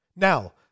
Now